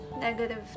negative